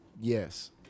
yes